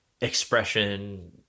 expression